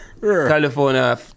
California